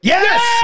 Yes